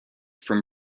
from